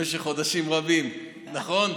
במשך חודשים רבים, נכון?